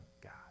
God